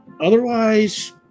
otherwise